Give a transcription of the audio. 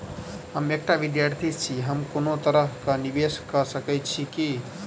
हम एकटा विधार्थी छी, हम कोनो तरह कऽ निवेश कऽ सकय छी की?